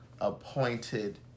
appointed